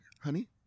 honey